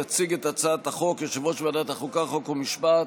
יציג את הצעת החוק יושב-ראש ועדת החוקה, חוק ומשפט